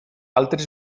altres